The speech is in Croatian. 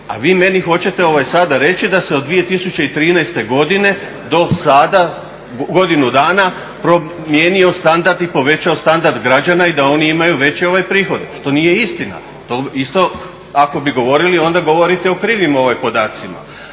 A vi meni hoćete sada reći da se od 2013. godine do sada, godinu dana promijenio standard i povećao standard građana i da oni imaju veće prihode što nije istina. To isto ako bi govorili onda govorite o krivim podacima.